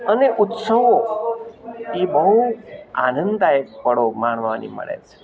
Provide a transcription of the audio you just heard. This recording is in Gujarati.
અને ઉત્સવો એ બહુ આનંદદાયક પળો માણવાની મળે છે